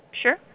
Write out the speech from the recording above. Sure